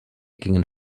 gingen